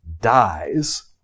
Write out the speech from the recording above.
dies